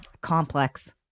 complex